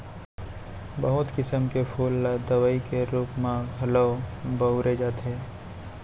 बहुत किसम के फूल ल दवई के रूप म घलौ बउरे जाथे